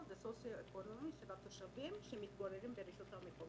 את החוסן של הרשות.